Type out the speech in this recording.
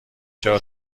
چرا